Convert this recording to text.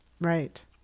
Right